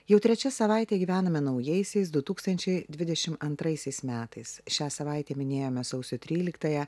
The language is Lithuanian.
jau trečia savaitė gyvename naujaisiais du tūkstančiai dvidešim antraisiais metais šią savaitę minėjome sausio tryliktąją